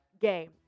game